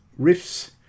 riffs